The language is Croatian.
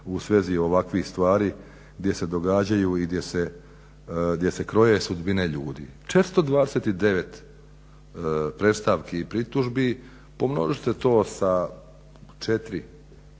u svezi ovakvih stvari gdje se događaju i gdje se kroje sudbine ljudi. 429 predstavki i pritužbi, pomnožite to sa 4,